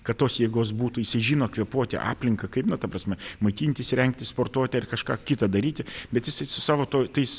kad tos jėgos būtų jisai žino kvėpuoti aplinka kaip na ta prasme maitintis rengtis sportuoti ar kažką kita daryti bet jisai su savo tuo tais